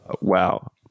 Wow